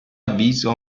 avviso